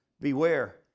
Beware